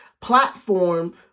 platform